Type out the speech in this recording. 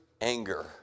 anger